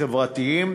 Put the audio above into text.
החברתיים.